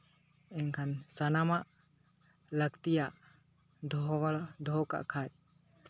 ᱮᱱᱠᱷᱟᱱ ᱥᱟᱱᱟᱢᱟᱜ ᱞᱟᱹᱠᱛᱤᱭᱟᱜ ᱫᱚᱦᱚ ᱵᱟᱲᱟ ᱫᱚᱦᱚ ᱠᱟᱜ ᱠᱷᱟᱱ